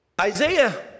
Isaiah